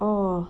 oh